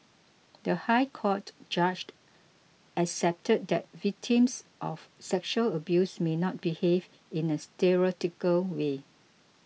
the High Court judge accepted that victims of sexual abuse may not behave in a stereotypical way